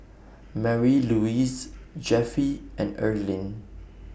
Marylouise Jeffie and Earlene